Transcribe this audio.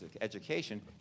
education